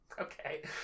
Okay